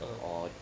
uh